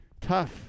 Tough